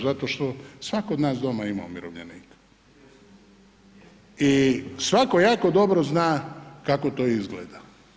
Zato što svako od nas doma ima umirovljenika i svako jako dobro zna kako to izgleda.